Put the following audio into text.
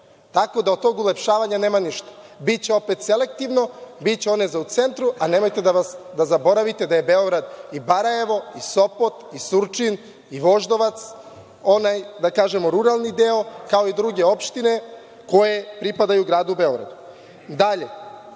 tako da od tog ulepšavanja nema ništa, biće opet selektivno, biće za one u centru. Nemojte da zaboravite da je Beograd i Barajevo i Sopot i Surčin i Voždovac, onaj ruralni deo, kao i druge opštine koje pripadaju gradu Beogradu. Dalje,